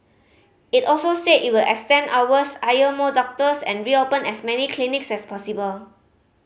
it also said it will extend hours hire more doctors and reopen as many clinics as possible